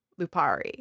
Lupari